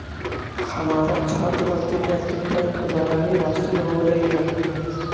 हमारा छात्रवृति नैतिक बैंक द्वारा ही हासिल होलई हल